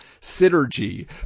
synergy